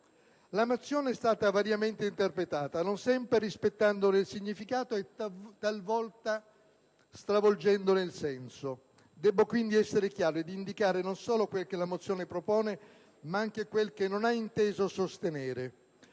La mozione è stata variamente interpretata, non sempre rispettandone il significato, talvolta stravolgendone il senso. Debbo, quindi, essere chiaro e indicare non solo quel che la mozione propone, ma anche quel che non ha inteso sostenere.